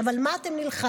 עכשיו, על מה אתם נלחמים,